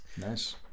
Nice